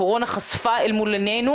הקורונה חשפה אל מול עינינו.